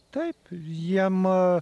taip jiem